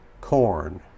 corn